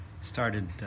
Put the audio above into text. started